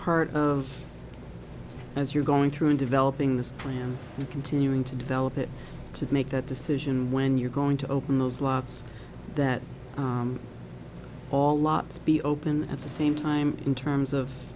part of as you're going through in developing this plan and continuing to develop it to make that decision when you're going to open those slots that all lots be open at the same time in terms of